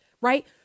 Right